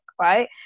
right